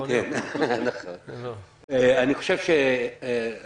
ויש פה ניצב במשטרה.